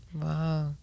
Wow